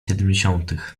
siedemdziesiątych